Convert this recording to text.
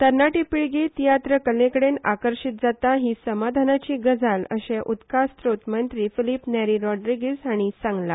तरनाटी पिळगी तियात्र कलेकडेन आकर्शित जाता ही समाधानाची गजाल अशें उदका स्त्रोत मंत्री फिलीप नेरी रोड्रीगीज हाणी सागंला